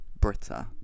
Britta